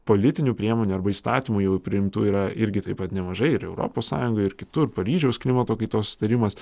politinių priemonių arba įstatymų jau priimtų yra irgi taip pat nemažai ir europos sąjunga ir kitur paryžiaus klimato kaitos susitarimas